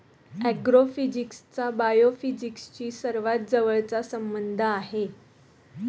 ऍग्रोफिजिक्सचा बायोफिजिक्सशी सर्वात जवळचा संबंध आहे